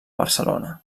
barcelona